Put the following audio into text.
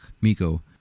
Miko